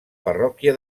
parròquia